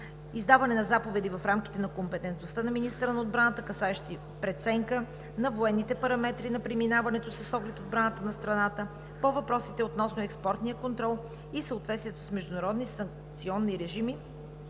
Издадените заповеди са в рамките на компетентността на министъра на отбраната, касаещи преценка на военните параметри на преминаването с оглед отбраната на страната. По въпросите относно експортния контрол и съответствието с международни санкционни режими,